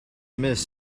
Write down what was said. miss